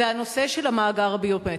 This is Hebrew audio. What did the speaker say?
זה הנושא של המאגר הביומטרי.